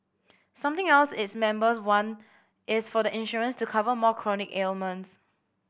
something else its members want is for the insurance to cover more chronic ailments